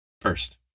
first